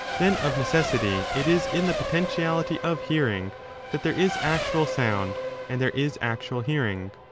then of necessity it is in the potentiality of hearing that there is actual sound and there is actual hearing.